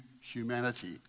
humanity